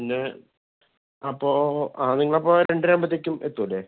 പിന്നെ അപ്പോൾ ആ നിങ്ങൾ അപ്പോൾ രണ്ടര ആകുമ്പത്തേക്കും എത്തില്ലെ